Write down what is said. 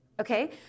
Okay